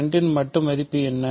2 இன் மட்டு மதிப்பு என்ன